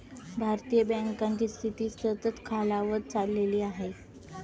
भारतीय बँकांची स्थिती सतत खालावत चालली आहे